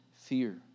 fear